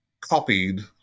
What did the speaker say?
copied